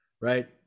Right